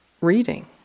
reading